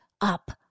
up